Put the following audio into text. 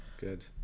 Good